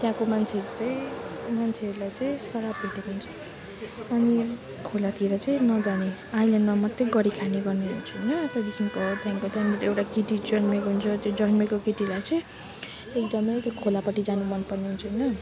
त्यहाँको मान्छेहरू चाहिँ मान्छेहरूलाई चाहिँ सराप दिएको हुन्छ अनि खोलातिर चाहिँ नजाने आइल्यान्डमा मात्रै गरिखाने गर्ने हुन्छ होइन त्यहाँदेखिको त्यहाँको त्यहाँनिर एउटा केटी जन्मेको हुन्छ त्यो जन्मेको केटीलाई चाहिँ एकदमै त्यो खोलापटि जानु मनपर्ने हुन्छ होइन